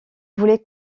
voulait